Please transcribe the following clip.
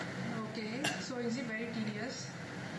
oh okay so is it very tedious